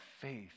faith